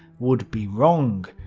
would be wrong.